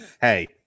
Hey